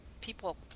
people